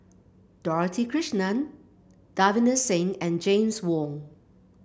Dorothy Krishnan Davinder Singh and James Wong